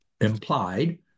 implied